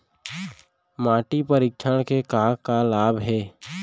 माटी परीक्षण के का का लाभ हे?